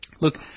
Look